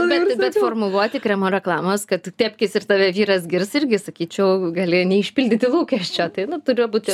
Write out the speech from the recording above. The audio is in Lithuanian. bet bet formuluoti kremo reklamas kad tepkis ir tave vyras girs irgi sakyčiau gali neišpildyti lūkesčio tai nu turi būti